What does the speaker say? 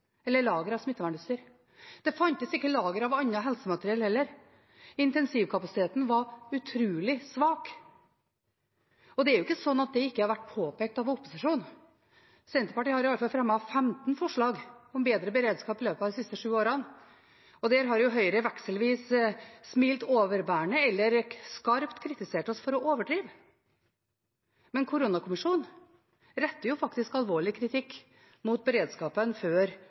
lager av smittevernutstyr. Det fantes ikke lager av annet helsemateriell heller. Intensivkapasiteten var utrolig svak. Det er ikke slik at det ikke har vært påpekt av opposisjonen. Senterpartiet har i hvert fall fremmet 15 forslag om bedre beredskap i løpet at de siste sju årene. Da har jo Høyre vekselvis smilt overbærende og skarpt kritisert oss for å overdrive. Men koronakommisjonen retter jo faktisk alvorlig kritikk mot beredskapen før